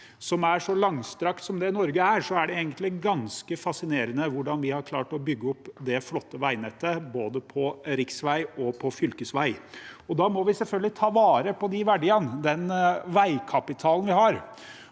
som er så langstrakt som det Norge er, med både fjord og fjell, er det egentlig ganske fascinerende hvordan vi har klart å bygge opp det flotte veinettet både på riksvei og på fylkesvei. Da må vi selvfølgelig ta vare på de verdiene, den veikapitalen vi har.